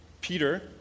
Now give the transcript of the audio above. Peter